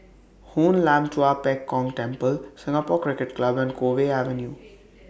Hoon Lam Tua Pek Kong Temple Singapore Cricket Club and Cove Avenue